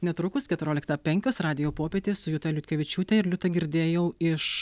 netrukus keturioliktą penkios radijo popietė su juta liutkevičiūte ir liuta girdėjau iš